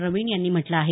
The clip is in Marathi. प्रवीण यांनी म्हटलं आहे